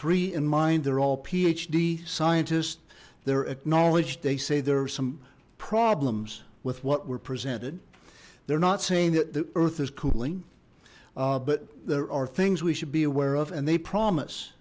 three in mind they're all phd scientists they're acknowledged they say there are some problems with what we're presented they're not saying that the earth is cooling but there are things we should be aware of and they promise